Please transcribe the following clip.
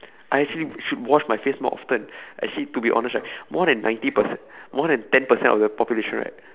I actually should wash my face more often actually to be honest right more than ninety perce~ more than ten percent of the population right